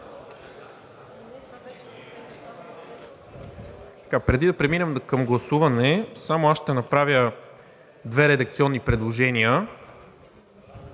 Преди да преминем към гласуване, ще направя две редакционни предложения